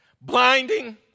Blinding